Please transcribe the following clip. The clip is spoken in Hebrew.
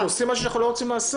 כל בן אדם שיגיד שיש לו מחלות רקע,